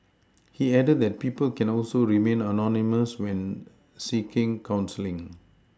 he added that people can also remain anonymous when seeking counselling